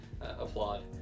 Applaud